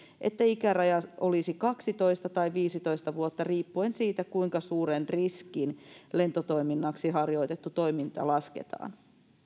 että ikäraja olisi kaksitoista tai viisitoista vuotta riippuen siitä kuinka suuren riskin lentotoiminnaksi harjoitettu toiminta lasketaan